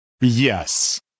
Yes